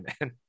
man